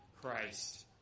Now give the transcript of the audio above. Christ